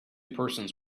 persons